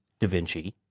DaVinci